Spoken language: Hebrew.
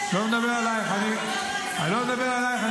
אני לא מדבר עלייך.